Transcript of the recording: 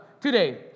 today